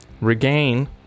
regain